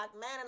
man